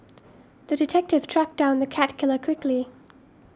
the detective tracked down the cat killer quickly